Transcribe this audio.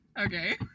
Okay